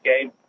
game